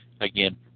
again